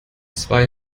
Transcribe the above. zwei